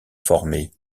former